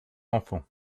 enfants